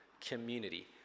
community